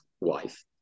wife